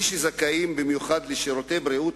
מי שזכאים במיוחד לשירותי בריאות